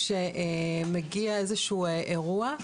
כאשר שמגיע איזשהו אירוע,